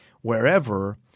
wherever